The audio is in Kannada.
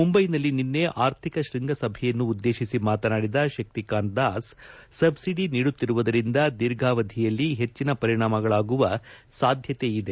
ಮುಂಬೈನಲ್ಲಿ ನಿನ್ನೆ ಆರ್ಥಿಕ ಶೃಂಗಸಭೆಯನ್ನು ಉದ್ದೇಶಿಸಿ ಮಾತನಾಡಿದ ಶಕ್ತಿಕಾಂತ್ ದಾಸ್ ಸಬ್ಲಡಿ ನೀಡುತ್ತಿರುವುದರಿಂದ ದೀರ್ಘಾವಧಿಯಲ್ಲಿ ಹೆಚ್ಚಿನ ಪರಿಣಾಮಗಳಾಗುವ ಸಾಧ್ಯತೆ ಇದೆ